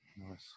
Nice